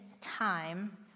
time